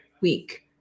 week